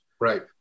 Right